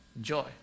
joy